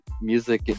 music